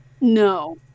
No